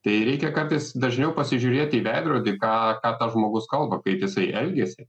tai reikia kartais dažniau pasižiūrėt į veidrodį ką ką tas žmogus kalba kaip jisai elgiasi